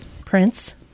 Prince